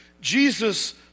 Jesus